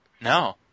No